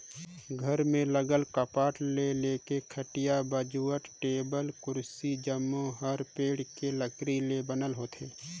घर में लगल कपाट ले लेके खटिया, बाजवट, टेबुल, कुरसी जम्मो हर पेड़ के लकरी ले बनल होथे